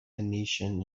venetian